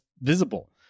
visible